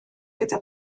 gyda